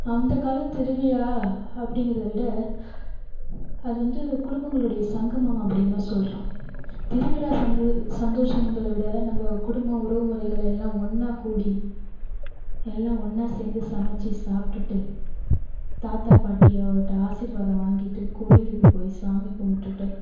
அந்த கால திருவிழா அப்படிங்கிறத விட அது வந்து குடும்பங்களுடைய சங்கமம் அப்படின்னு தான் சொல்லுறான் திருவிழா சந்தோ சந்தோஷங்களை விட நம்ப குடும்பம் உறவுமுறைகள் எல்லாம் ஒன்னாக கூடி எல்லாம் ஒன்னாக சேர்ந்து சமைச்சி சாப்பிட்டுட்டு தாத்தா பாட்டியோட்ட ஆசிர்வாதம் வாங்கிட்டு கோயிலுக்கு போய் சாமி கும்பிட்டுட்டு